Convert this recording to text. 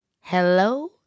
Hello